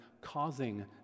causing